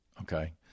okay